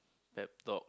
pep talk